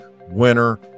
winner